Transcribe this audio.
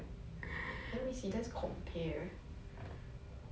I know right